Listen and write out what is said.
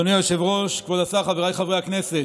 אדוני היושב-ראש, כבוד השר, חבריי חברי הכנסת,